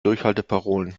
durchhalteparolen